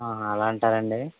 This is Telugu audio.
అలా అంటారండి